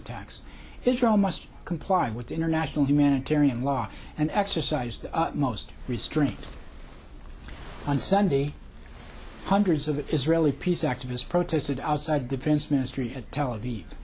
attacks israel must comply with international humanitarian law and exercise the most restraint on sunday hundreds of israeli peace activists protested outside defense ministry a tel